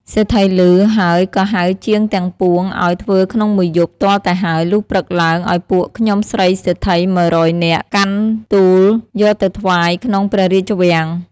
សេដ្ឋីឮ ហើយក៏ហៅជាងទាំងពួងអោយធ្វើក្នុង១ យប់ ទាល់តែហើយ លុះព្រឹកឡើងអោយពួក ខ្ញុំស្រីសេដ្ឋី ១០០នាក់ កាន់ទួលយកទៅថ្វាយក្នុងព្រះរាជវាំង ។